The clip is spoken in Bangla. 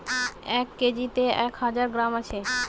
এক কেজিতে এক হাজার গ্রাম আছে